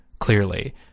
clearly